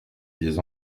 des